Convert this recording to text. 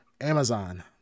amazon